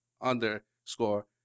underscore